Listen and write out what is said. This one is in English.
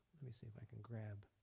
let me see if i can grab